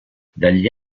dagli